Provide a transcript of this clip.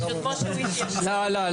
לא.